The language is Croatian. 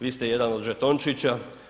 Vi ste jedan od žetončića.